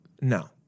No